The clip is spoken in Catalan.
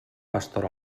pastor